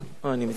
אני מצטער,